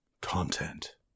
content